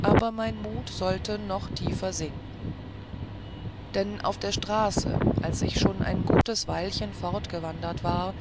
aber mein mut sollte noch tiefer sinken denn auf der straße als ich schon ein gutes weilchen fortgewandert war